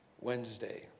Wednesday